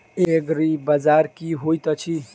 एग्रीबाजार की होइत अछि?